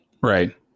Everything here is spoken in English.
Right